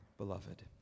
Beloved